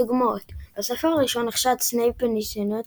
דוגמאות בספר הראשון נחשד סנייפ בניסיונות